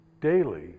daily